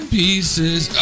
pieces